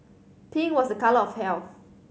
pink was a colour of health